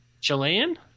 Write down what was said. Chilean